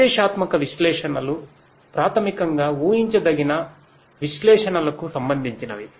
నిర్దేశాత్మకవిశ్లేషణలు ప్రాథమికంగా ఉహించదగిన విశ్లేషణలకు సంబంధించినవి